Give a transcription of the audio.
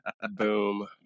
boom